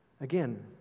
Again